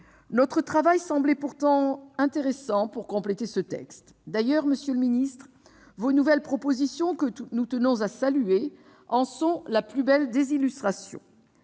Notre travail semblait pourtant intéressant pour compléter ce texte. D'ailleurs, monsieur le ministre, vos nouvelles propositions, que nous tenons à saluer, en sont la plus belle des illustrations.